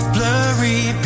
Blurry